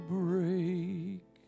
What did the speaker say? break